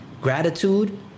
gratitude